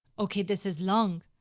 okay, this is long.